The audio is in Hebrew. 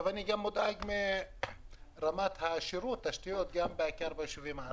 אני גם מודאג מרמת השירות, בעיקר בישובים הערביים.